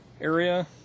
area